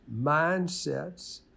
mindsets